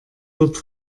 wird